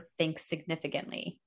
ThinkSignificantly